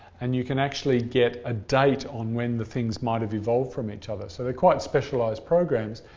and you can actually get a date on when the things might have evolved from each other. so they're quite specialised programs,